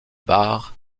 bar